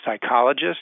psychologist